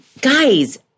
Guys